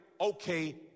okay